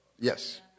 Yes